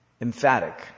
emphatic